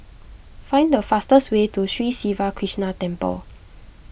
find the fastest way to Sri Siva Krishna Temple